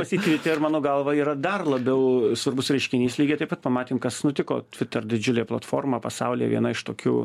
pasikeitė ir mano galva yra dar labiau svarbus reiškinys lygiai taip pat pamatėm kas nutiko tviter didžiulė platforma pasauly viena iš tokių